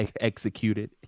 executed